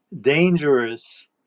dangerous